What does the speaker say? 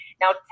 now